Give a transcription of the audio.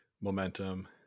momentum